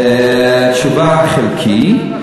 התשובה: חלקית.